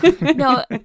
No